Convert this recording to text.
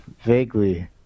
vaguely